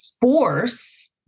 force